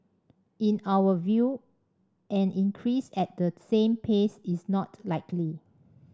in our view an increase at the same pace is not likely